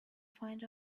find